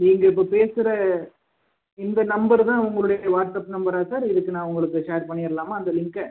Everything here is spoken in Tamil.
நீங்கள் இப்போ பேசுகிற இந்த நம்பர் தான் உங்களுடைய வாட்ஸ்அப் நம்பரா சார் இதுக்கு நான் உங்களுக்கு ஷேர் பண்ணிடலாமா அந்த லிங்க்கை